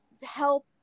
help